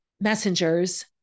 messengers